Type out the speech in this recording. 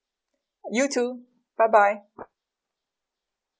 you too bye bye